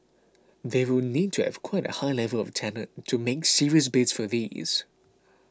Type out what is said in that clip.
they will need to have quite a high level of talent to make serious bids for these